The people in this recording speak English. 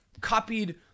copied